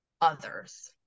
others